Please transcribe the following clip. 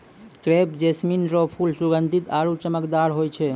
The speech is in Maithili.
क्रेप जैस्मीन रो फूल सुगंधीत आरु चमकदार होय छै